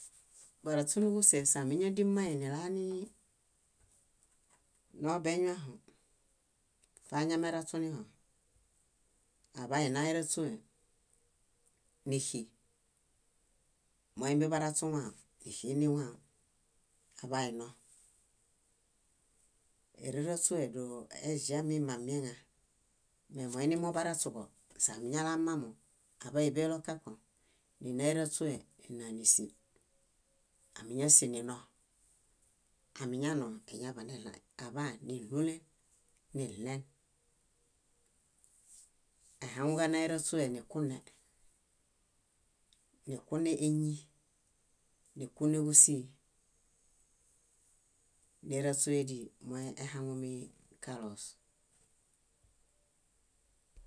. Baraśu núġuse síamiñadi mmai nilanii obeñuaho foañameraśuniho, aḃaina éraśuenixu, moimi baraśuwão níxi niwão, aḃaino. Éraraśue dóo eĵa mimamieŋa. Me moinimobaraśuḃo, siamiñalamamo, áḃaiḃelo kãko, nina éraśue nínanisil. Ámiñasil nino, amiñano eñaḃaneɭaĩ, aḃaan níɭulen, niɭen. Aihaŋuġana eraśũe nikune, nikune éñi, níkuneġusii, néraśuedii moehaŋumi kaloos.